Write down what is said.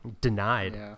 Denied